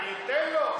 אני אתן לו.